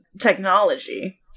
technology